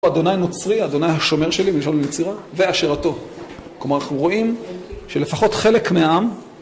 אדוני נוצרי, אדוני השומר שלי, מלשון יצירה, ואשרתו. כלומר, אנחנו רואים שלפחות חלק מעם